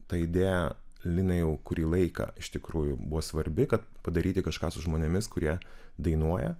ta idėja linai jau kurį laiką iš tikrųjų buvo svarbi kad padaryti kažką su žmonėmis kurie dainuoja